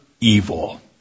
evil